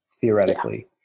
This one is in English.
theoretically